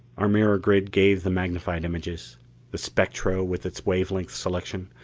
our mirror grid gave the magnified images the spectro, with its wave length selection,